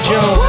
Joe